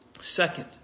Second